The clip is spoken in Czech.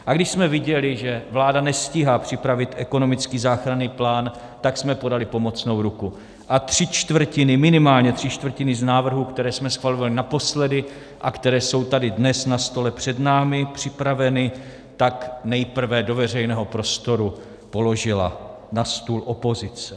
A když jsme viděli, že vláda nestíhá připravit ekonomický záchranný plán, tak jsme podali pomocnou ruku a tři čtvrtiny, minimálně tři čtvrtiny z návrhů, které jsme schvalovali naposledy a které jsou tady dnes na stole před námi připraveny, nejprve do veřejného prostoru položila na stůl opozice.